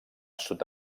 sud